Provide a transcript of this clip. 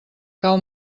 cau